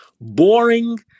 boring